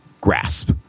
grasp